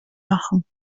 machen